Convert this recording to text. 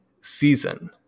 season